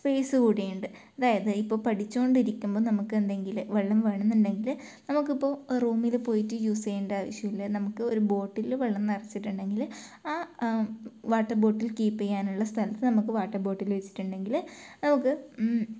space കൂടിയുണ്ട് അതായത് ഇപ്പോൾ പഠിച്ചുകൊണ്ടിരിക്കുമ്പോൾ നമുക്ക് എന്തെങ്കിലും വെള്ളം വേണമെന്നുണ്ടെങ്കിൽ നമുക്കിപ്പോൾ റൂമിൽ പോയിട്ട് യൂസ് ചെയ്യേണ്ട ആവശ്യമില്ല നമുക്ക് ഒരു ബോട്ടിലിൽ വെള്ളം നിറച്ചിട്ടുണ്ടെങ്കിൽ ആ വാട്ടർ ബോട്ടിൽ കീപ്പ് ചെയ്യാനുള്ള സ്ഥലത്ത് നമുക്ക് വാട്ടർ ബോട്ടിൽ വെച്ചിട്ടുണ്ടെങ്കിൽ അത്